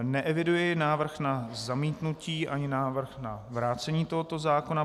Neeviduji návrh na zamítnutí ani návrh na vrácení tohoto zákona.